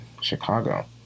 Chicago